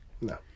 No